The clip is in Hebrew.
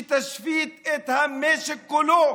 שתשבית את המשק כולו.